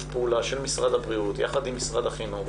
פעולה של משרד הבריאות יחד עם משרד החינוך.